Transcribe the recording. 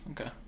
Okay